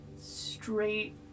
straight